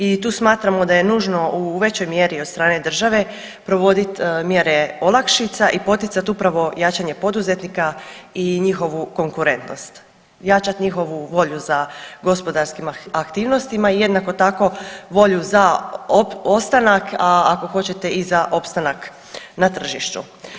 I tu smatramo da je nužno u većoj mjeri od strane države provodit mjere olakšica i poticat upravo jačanje poduzetnika i njihovu konkurentnost, jačat njihovu volju za gospodarskim aktivnostima i jednako tako volju za ostanak, a ako hoćete i za opstanak na tržištu.